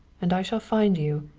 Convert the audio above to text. and i shall find you,